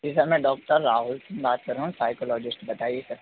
जी sir मैं doctor Rahul Singh बात कर रहा हूँ साइकोलॉजिष्ट बताइए सर